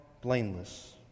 blameless